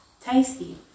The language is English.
tasty